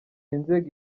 inzego